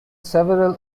several